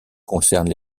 concerne